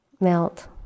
Melt